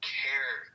care